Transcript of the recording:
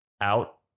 out